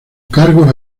cargos